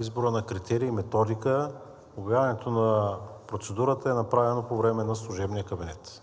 изборът на критерии и методика и обявяването на процедурата са направени по време на служебния кабинет.